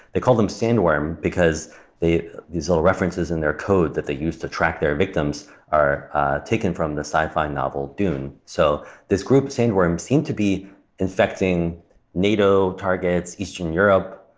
they called them sandworm because these little references in their code that they used to track their victims are taken from the sci fi novel dune. so this group, sandworm, seemed to be infecting nato targets, eastern europe.